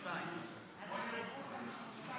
הסתייגות 42 לא עברה.